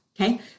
Okay